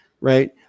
right